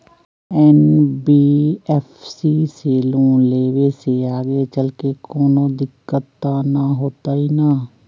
NBFC से loan लेबे से आगेचलके कौनो दिक्कत त न होतई न?